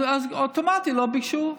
אז אוטומטית לא ביקשו.